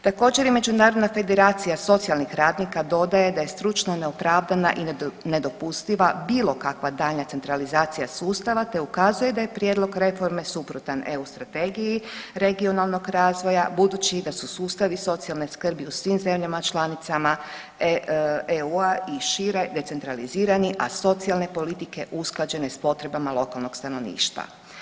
Također i Međunarodna federacija socijalnih radnika dodaje da stručno neopravdana i nedopustiva bilo kakva daljnja centralizacija sustava te ukazuje da je prijedlog reforme suprotan EU strategiji regionalnog razvoja budući da su sustavi socijalne skrbi u svim zemljama članicama EU-a i šire decentralizirani, a socijalne politike usklađene s potrebama lokalnog stanovništva.